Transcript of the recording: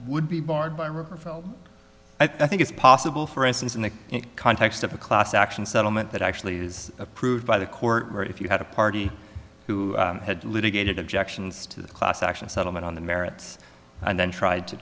would be barred by river for i think it's possible for us in the context of a class action settlement that actually is approved by the court where if you had a party who had litigated objections to the class action settlement on the merits and then tried to